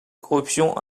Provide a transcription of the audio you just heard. corruption